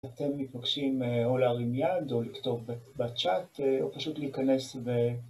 אתם מתבקשים א...או להרים יד, או לכתוב ב-בצ'אט, א-או פשוט להיכנס ו...